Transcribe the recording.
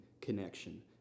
connection